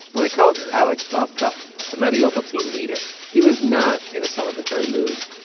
when i called alex bobkov, the mariupol team leader, he was not in a celebratory mood